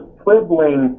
quibbling